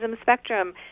spectrum